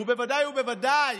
בוודאי ובוודאי